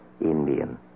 Indian